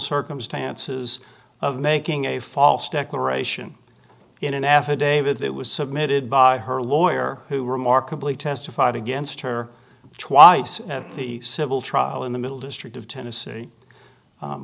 circumstances of making a false declaration in an affidavit that was submitted by her lawyer who remarkably testified against her twice at the civil trial in the middle district of tennessee